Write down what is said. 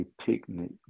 picnic